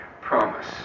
promise